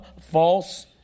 false